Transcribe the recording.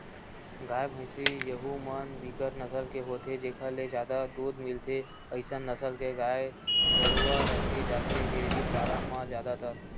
गाय, भइसी यहूँ म बिकट नसल के होथे जेखर ले जादा दूद मिलथे अइसन नसल के गाय गरुवा रखे जाथे डेयरी फारम म जादातर